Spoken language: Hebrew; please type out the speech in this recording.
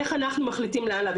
איך אנחנו מחליטים לאן להעביר.